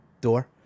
door